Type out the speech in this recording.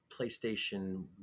PlayStation